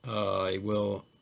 i will